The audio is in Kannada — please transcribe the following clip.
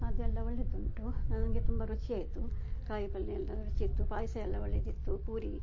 ಅದೆಲ್ಲ ಒಳ್ಳೇದುಂಟು ನನಗೆ ತುಂಬ ರುಚಿಯಾಯಿತು ಕಾಯಿ ಪಲ್ಯವೆಲ್ಲ ರುಚಿಯಿತ್ತು ಪಾಯ್ಸವೆಲ್ಲ ಒಳ್ಳೇದಿತ್ತು ಪೂರಿ